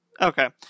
Okay